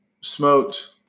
smoked